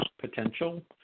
potential